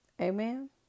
Amen